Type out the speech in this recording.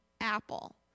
Apple